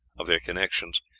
of their connections,